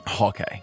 Okay